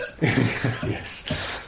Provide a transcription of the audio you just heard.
Yes